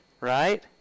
Right